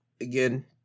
again